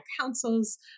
councils